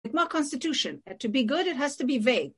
With my constitution, to be good it has to be vague.